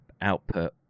output